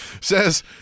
says